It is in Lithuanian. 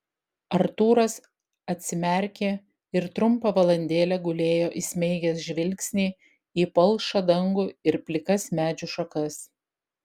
artūras atsimerkė ir trumpą valandėlę gulėjo įsmeigęs žvilgsnį į palšą dangų ir plikas medžių šakas